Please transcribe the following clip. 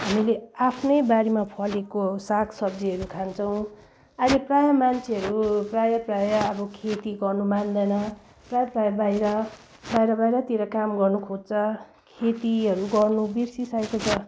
हामीले आफ्नै बारीमा फलेको सागसब्जीहरू खान्छौँ अहिले प्रायः मान्छेहरू प्रायः प्रायः अब खेती गर्नु मान्दैन प्रायः प्रायः बाहिर बाहिर बाहिरतिर काम गर्नु खोज्छ खेतीहरू गर्नु बिर्सिसकेको छ